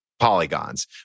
Polygons